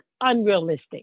unrealistic